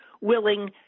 willing